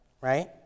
right